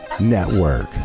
network